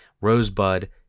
Rosebud